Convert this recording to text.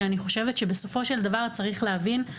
שאני חושבת שבסופו של דבר צריך להבין.